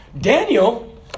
Daniel